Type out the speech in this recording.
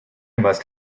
must